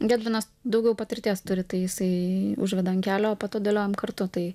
gedvinas daugiau patirties turi tai jisai užveda ant kelio o po to dėliojam kartu tai